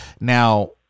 Now